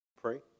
Pray